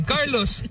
Carlos